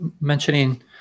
mentioning